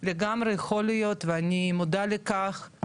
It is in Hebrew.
זה לגמרי יכול להיות ואני מודעת לכך.